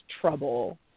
trouble